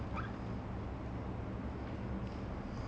and but it's their specialities so I guess they like doing it